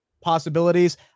Possibilities